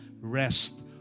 rest